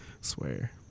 swear